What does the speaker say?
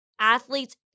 athletes